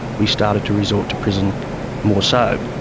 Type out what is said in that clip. we started to resort to prison more so.